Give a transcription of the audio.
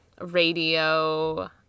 radio